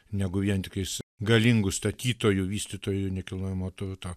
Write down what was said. negu vien tik jis galingu statytojų vystytojų nekilnojamo turto